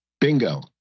bingo